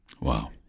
Wow